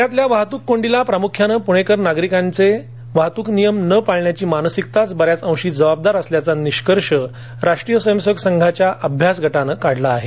पुण्यातील वाहतूक कोंडीला प्रामुख्यानं पुणेकर नागरिकांची वाहतूकीचे नियम न पाळण्याची मानसिकताच बऱ्याच अंशी जबाबदार असल्याचा निष्कर्ष राष्ट्रीय स्वयंसेवक संघाच्या अभ्यास गटाने काढला आहे